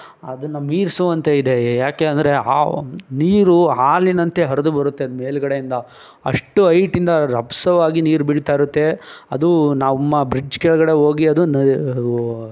ಅದನ್ನು ಮೀರಿಸುವಂತೆ ಇದೆ ಯಾಕೆ ಅಂದರೆ ನೀರು ಹಾಲಿನಂತೆ ಹರಿದು ಬರುತ್ತೆ ಮೇಲುಗಡೆಯಿಂದ ಅಷ್ಟು ಐಟಿಂದ ರಭಸವಾಗಿ ನೀರು ಬೀಳ್ತಾ ಇರುತ್ತೆ ಅದು ನಮ್ಮ ಬ್ರಿಡ್ಜ್ ಕೆಳಗಡೆ ಹೋಗಿ ಅದು ನ